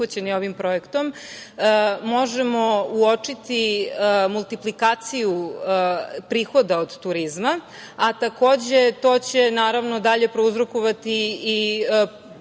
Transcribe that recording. obuhvaćeni ovim projektom možemo uočiti multiplikaciju prihoda od turizma, a takođe, to će dalje prouzrokovati i